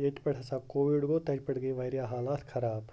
ییٚتہِ پٮ۪ٹھ ہَسا کووِڈ گوٚو تَتہِ پٮ۪ٹھ گٔے وارِیاہ حالات خراب